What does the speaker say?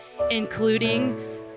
including